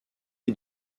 est